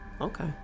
Okay